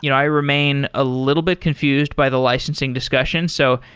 you know i remain a little bit confused by the licensing discussion. so,